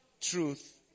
truth